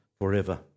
forever